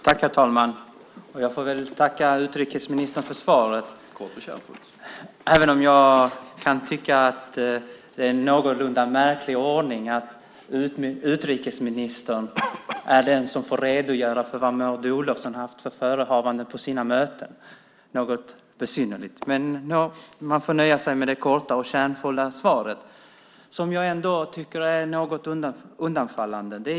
Herr talman! Jag tackar utrikesministern för svaret även om jag tycker att det är en något märklig ordning att utrikesministern får redogöra för Maud Olofssons förehavanden på hennes möten. Det är något besynnerligt, men man får nöja sig med det korta och kärnfulla svaret, som jag tycker är något undfallande.